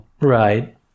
Right